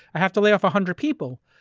i have to lay off a hundred people.